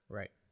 Right